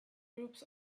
groups